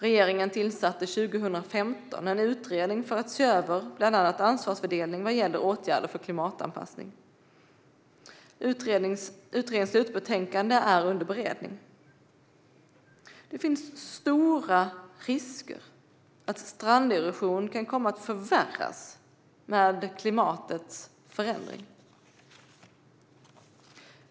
Regeringen tillsatte 2015 en utredning för att se över bland annat ansvarsfördelningen vad gäller åtgärder för klimatanpassning. Utredningens slutbetänkande är under beredning. Det är stor risk att stranderosionen kan komma att förvärras med klimatets förändring.